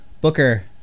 Booker